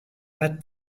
pat